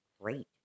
great